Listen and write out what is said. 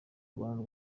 rwanda